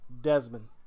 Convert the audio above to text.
Desmond